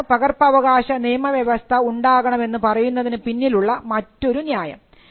ഇതാണ് പകർപ്പവകാശ നിയമ വ്യവസ്ഥ ഉണ്ടാകണം എന്ന് പറയുന്നതിന് പിന്നിൽ ഉള്ള മറ്റൊരു ന്യായം